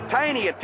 tiny